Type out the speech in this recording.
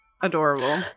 adorable